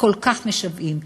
וכל כך משוועים לו.